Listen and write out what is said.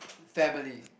family